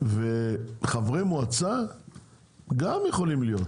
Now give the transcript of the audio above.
וחברי מועצה גם יכולים להיות,